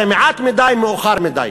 זה מעט מדי, מאוחר מדי.